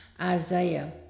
Isaiah